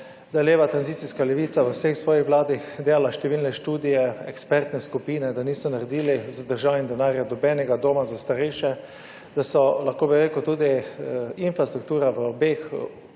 da je leva tranzicijska levica v vseh svojih Vladi delala številne študije, ekspertne skupine, da niso naredili z državnim denarja nobenega doma za starejše, da so lahko, bi rekel, tudi infrastruktura v obeh